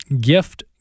gift